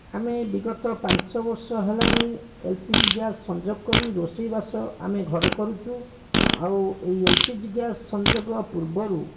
ଆମେ ବିଗତ ପାଞ୍ଚ ବର୍ଷ ହେଲାଣି ଏଲ୍ ପି ଜି ଗ୍ୟାସ୍ ସଂଯୋଗ କରି ରୋଷେଇବାସ ଆମେ ଘରେ କରୁଛୁ ଆଉ ଏଇ ଏଲ୍ ପି ଜି ଗ୍ୟାସ୍ ସଂଯୋଗ ପୂର୍ବରୁ